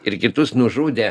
ir kitus nužudė